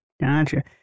Gotcha